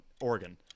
oregon